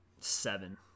seven